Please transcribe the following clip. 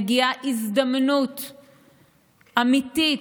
מגיעה הזדמנות אמיתית,